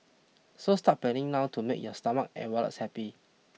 so start planning now to make your stomach and wallets happy